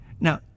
Now